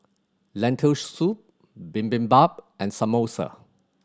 Lentil Soup Bibimbap and Samosa